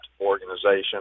organization